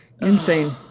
insane